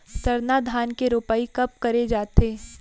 सरना धान के रोपाई कब करे जाथे?